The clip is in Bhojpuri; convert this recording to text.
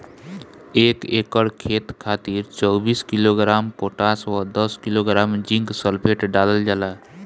एक एकड़ खेत खातिर चौबीस किलोग्राम पोटाश व दस किलोग्राम जिंक सल्फेट डालल जाला?